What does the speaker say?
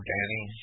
Danny